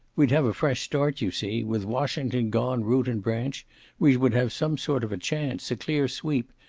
we'd have a fresh start, you see. with washington gone root and branch we would have some sort of chance, a clear sweep,